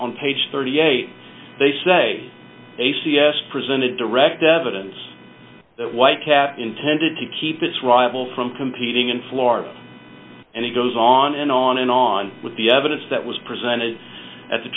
on page thirty eight they say a c s presented direct evidence that white caps intended to keep its rival from competing in florida and it goes on and on and on with the evidence that was presented a